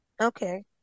Okay